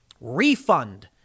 Refund